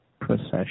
procession